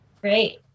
Great